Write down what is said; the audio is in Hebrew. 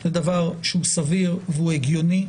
זה דבר שהוא סביר והוא הגיוני.